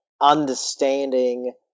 understanding